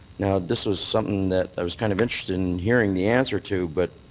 now, this was something that i was kind of interested in hearing the answer to. but